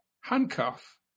handcuff